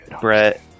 Brett